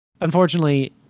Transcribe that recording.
unfortunately